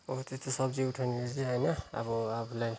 अब त्यती सब्जी उठाउन चाहिँ होइन अब आफुलाई